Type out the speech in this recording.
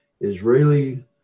Israeli